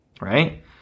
right